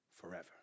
Forever